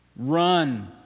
Run